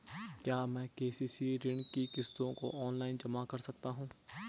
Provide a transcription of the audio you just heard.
क्या मैं के.सी.सी ऋण की किश्तों को ऑनलाइन जमा कर सकता हूँ?